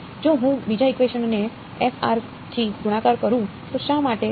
જો હું બીજાઇકવેશન ને f થી ગુણાકાર કરું તો શા માટે